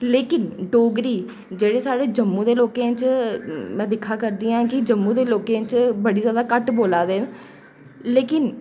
लेकिन डोगरी जेह्ड़ी साढ़े जम्मू दे लोकें च में दिक्खै करनी आं कि जम्मू दे लोकें च बड़ी जैदा घट्ट बोल्ला दे न लेकिन